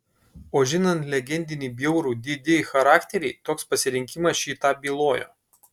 o žinant legendinį bjaurų didi charakterį toks pasirinkimas šį tą bylojo